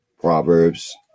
Proverbs